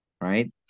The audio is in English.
right